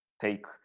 take